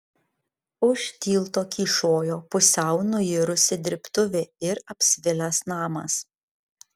už tilto kyšojo pusiau nuirusi dirbtuvė ir apsvilęs namas